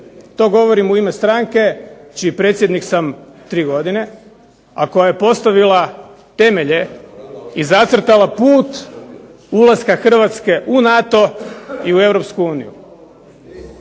To govorim u ime stranke čiji predsjednik sam tri godine, a koja je postavila temelje i zacrtala put ulaska Hrvatske u NATO i u